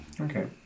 Okay